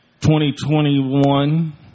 2021